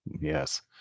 Yes